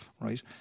right